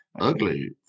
Ugly